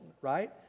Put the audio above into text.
right